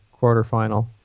quarterfinal